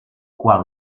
quan